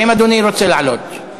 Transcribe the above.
האם אדוני רוצה לענות?